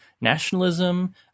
nationalism